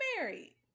married